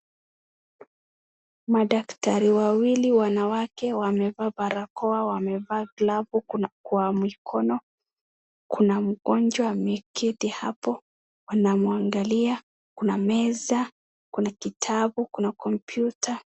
Madaktari wawili wanawake wamevaa barakoa, wamevaa glavu kwa mikono. Kuna mgonjwa ameketi hapo anamwangalia. Kuna meza, kuna kitabu, kuna kompyuta.